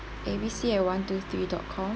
A B C at one two three dot com